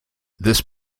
this